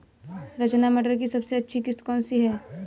रचना मटर की सबसे अच्छी किश्त कौन सी है?